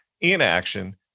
Inaction